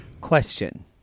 Question